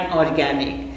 organic